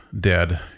dead